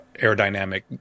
aerodynamic